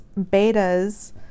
betas